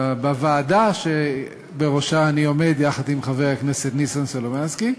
בוועדה שבראשה אני עומד יחד עם חבר הכנסת ניסן סלומינסקי,